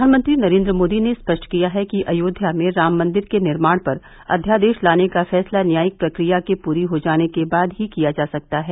प्रधानमंत्री नरेन्द्र मोदी ने स्पष्ट किया है कि अयोध्या में राममंदिर के निर्माण पर अध्यादेश लाने का फैसला न्यायिक प्रक्रिया के पूरा हो जाने के बाद ही किया जा सकता है